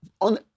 on